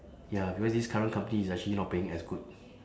ya because this current company is actually not paying as good